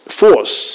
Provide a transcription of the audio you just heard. force